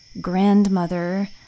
grandmother